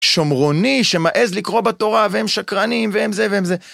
שומרוני שמעז לקרוא בתורה והם שקרנים והם זה והם זה.